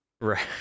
Right